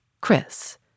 Chris